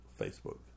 Facebook